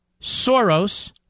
Soros